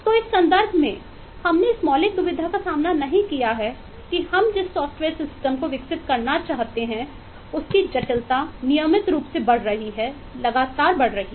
तो इस संदर्भ में हमने इस मौलिक दुविधा का सामना नहीं किया है कि हम जिस सॉफ्टवेयर सिस्टम को विकसित करना चाहतेउसकी जटिलता नियमित रूप से बढ़ रही है लगातार बढ़ रही है